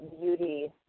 beauty